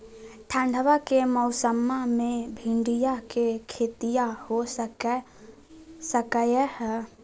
ठंडबा के मौसमा मे भिंडया के खेतीया हो सकये है?